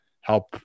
help